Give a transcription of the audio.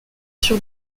sur